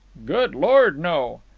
good lord, no!